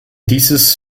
dieses